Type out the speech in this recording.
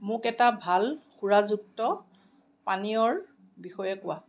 মোক এটা ভাল সুৰাযুক্ত পানীয়ৰ বিষয়ে কোৱা